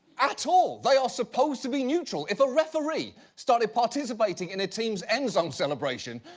at all! they are supposed to be neutral. if a referee, started participating in a team's end zone celebration,